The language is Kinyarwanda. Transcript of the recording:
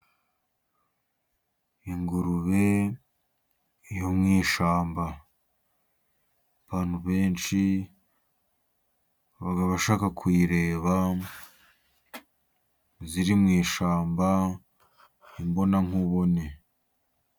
Ingurube yo mu ishyamba, abantu benshi baba bashaka kuyireba, ziri mu ishyamba imbonankubone.